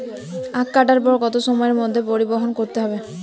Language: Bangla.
আখ কাটার পর কত সময়ের মধ্যে পরিবহন করতে হবে?